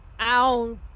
Ow